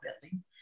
building